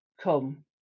come